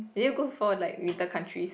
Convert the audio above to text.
did you go for like little countries